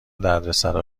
دردسرا